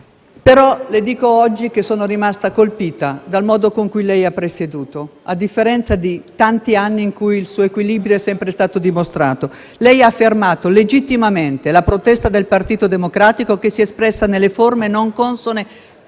però che oggi sono rimasta colpita dal modo in cui lei ha presieduto. A differenza di tanti anni in cui il suo equilibrio è sempre stato dimostrato, lei ha fermato legittimamente la protesta del Gruppo Partito Democratico, che si è espressa in forme spesso non consone a